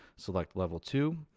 select level two,